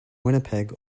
winnipeg